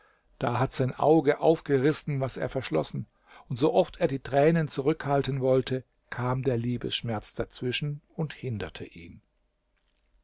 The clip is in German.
da hat sein auge aufgerissen was er verschlossen und so oft er die tränen zurückhalten wollte kam der liebesschmerz dazwischen und hinderte ihn